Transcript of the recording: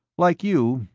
like you,